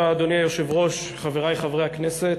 אדוני היושב-ראש, תודה, חברי חברי הכנסת,